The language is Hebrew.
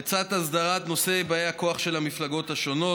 לצד הסדרת הנושא של באי הכוח של המפלגות השונות,